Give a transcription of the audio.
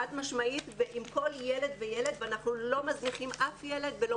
חד משמעית ועם כל ילד וילד ואנחנו לא מזניחים אף ילד.